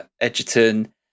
Edgerton